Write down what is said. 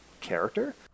character